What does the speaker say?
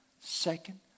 second